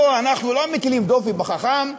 פה אנחנו לא מטילים דופי בחכם,